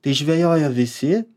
tai žvejojo visi